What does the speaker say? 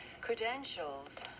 Credentials